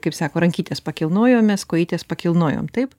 kaip sako rankytes pakilnojom mes kojytes pakilnojom taip